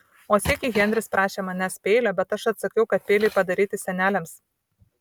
o sykį henris prašė manęs peilio bet aš atsakiau kad peiliai padaryti seneliams